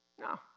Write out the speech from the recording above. no